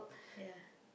ya